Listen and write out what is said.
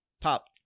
Pop